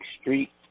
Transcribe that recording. street